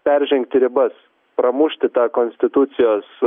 peržengti ribas pramušti tą konstitucijos